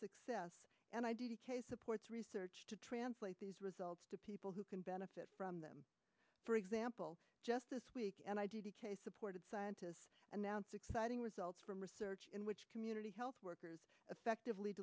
success and i do support research to translate these results to people who can benefit from them for example just this week and i did support it scientists announced exciting results from research in which community health workers effectively